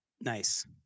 Nice